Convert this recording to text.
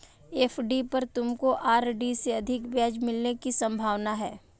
FD पर तुमको RD से अधिक ब्याज मिलने की संभावना है